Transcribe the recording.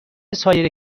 سایر